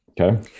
Okay